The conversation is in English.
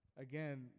again